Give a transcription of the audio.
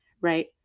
right